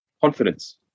confidence